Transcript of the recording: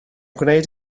gwneud